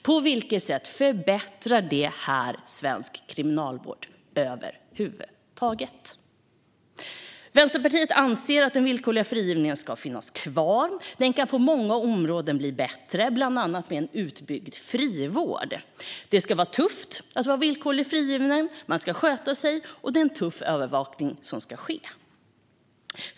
På vilket sätt förbättrar detta över huvud taget svensk kriminalvård? Vänsterpartiet anser att den villkorliga frigivningen ska finnas kvar. Den kan på många områden bli bättre, bland annat med en utbyggd frivård. Det ska vara tufft att vara villkorligt frigiven. Man ska sköta sig, och det är en tuff övervakning som ska ske.